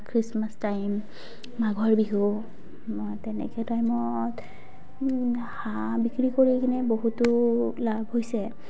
Christmas time মাঘৰ বিহু তেনেকে টাইমত হাঁহ বিক্ৰী কৰি কিনে বহুতো লাভ হৈছে